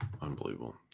Unbelievable